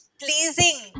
pleasing